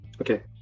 Okay